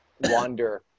wander